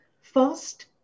First